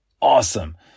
Awesome